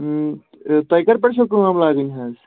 تۄہہِ کَرٕ پٮ۪ٹھ چھو کٲم لاگٕنۍ حظ